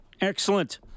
excellent